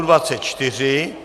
24.